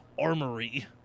armory